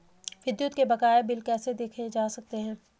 विद्युत के बकाया बिल कैसे देखे जा सकते हैं?